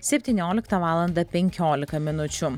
septynioliktą valandą penkiolika minučių